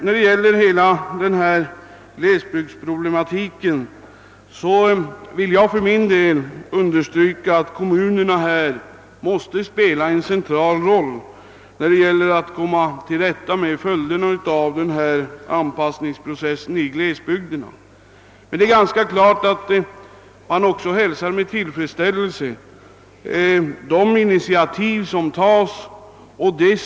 Vad gäller hela glesbygdsproblematiken understryker jag att kommunerna måste spela en central roll i strävandena att komma till rätta med följderna av anpassningsprocessen. Självfallet hälsas de initiativ som tas och det stöd som ges i dag med stor tillfredsställelse.